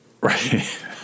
Right